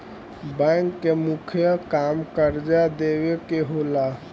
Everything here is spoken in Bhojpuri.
बैंक के मुख्य काम कर्जा देवे के होला